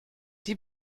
die